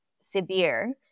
severe